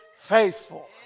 faithful